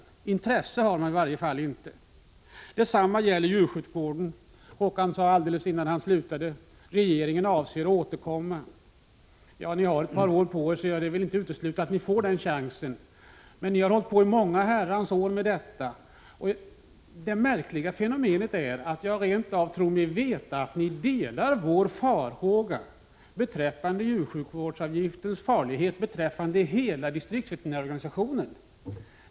Något intresse finns i varje fall inte. Detsamma gäller djursjukvården. Håkan Strömberg sade i slutet av sitt anförande att regeringen avser att återkomma. Ni har ett par år på er, och jag vill inte utesluta att ni får den chansen. Men ni har hållit på i många år med detta. Ett märkligt fenomen är att ni förmodligen delar vår farhåga beträffande djursjukvårdsavgiftens farlighet och hela distriktsveterinärorganisationen.